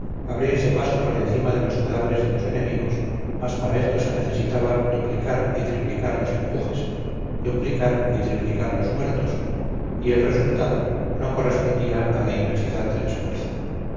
abrirse paso por encima de los cadáveres de los enemigos mas para esto se necesitaba duplicar y triplicar los empujes duplicar y triplicar los muertos y el resultado no correspondía a la inmensidad del esfuerzo